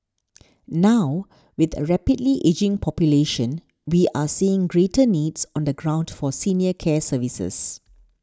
now with a rapidly ageing population we are seeing greater needs on the ground for senior care services